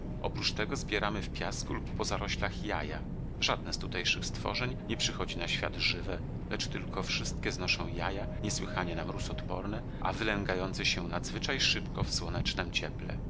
oprócz tego zbieramy w piasku lub po zaroślach jaja żadne z tutejszych stworzeń nie przychodzi na świat żywe lecz wszystkie znoszą jaja niesłychanie na mróz odporne a wylęgające się nadzwyczaj szybko w słonecznem cieple